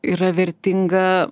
yra vertinga